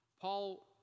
Paul